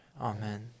Amen